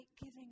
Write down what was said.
giving